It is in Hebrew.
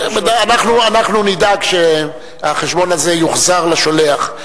אנחנו נדאג שהחשבון הזה יוחזר לשולח.